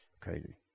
Crazy